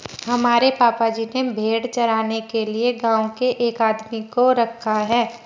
हमारे पापा जी ने भेड़ चराने के लिए गांव के एक आदमी को रखा है